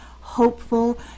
hopeful